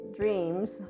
dreams